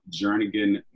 Jernigan